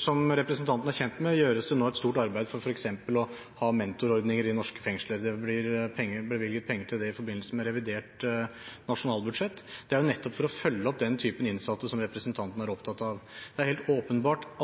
Som representanten er kjent med, gjøres det nå et stort arbeid for f.eks. å ha mentorordninger i norske fengsler. Det blir bevilget penger til det i forbindelse med revidert nasjonalbudsjett, nettopp for å følge opp den typen innsatte som representanten er opptatt av. Det er helt åpenbart at